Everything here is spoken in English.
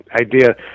idea